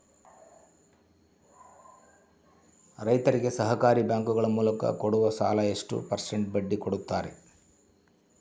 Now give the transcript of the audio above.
ರೈತರಿಗೆ ಸಹಕಾರಿ ಬ್ಯಾಂಕುಗಳ ಮೂಲಕ ಕೊಡುವ ಸಾಲ ಎಷ್ಟು ಪರ್ಸೆಂಟ್ ಬಡ್ಡಿ ಕೊಡುತ್ತಾರೆ?